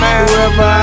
whoever